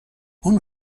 اون